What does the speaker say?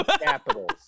capitals